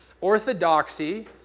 orthodoxy